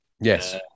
Yes